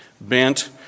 bent